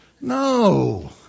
No